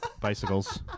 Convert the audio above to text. Bicycles